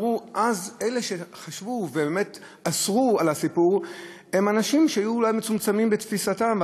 אלה שחשבו ובאמת אסרו לספר הם אנשים שאולי היו מצומצמים בתפיסתם,